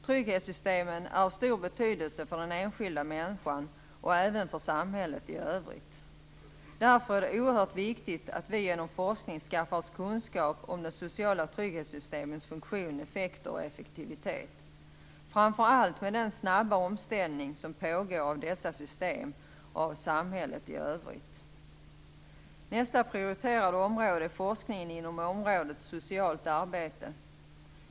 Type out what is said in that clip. Trygghetssystemen är av stor betydelse för den enskilda människan och även för samhället i övrigt. Därför är det oerhört viktigt att vi genom forskning skaffar oss kunskap om de sociala trygghetssystemens funktion, effekter och effektivitet, framför allt med tanke på den snabba omställning som pågår av dessa system och av samhället i övrigt. Nästa prioriterade område är forskningen inom området socialt arbete.